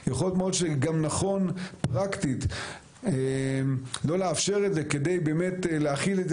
יכול מאוד להיות שגם נכון פרקטית לא לאפשר את זה כדי באמת להחיל את זה